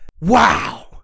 Wow